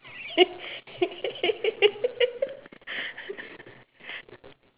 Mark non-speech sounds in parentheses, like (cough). (laughs)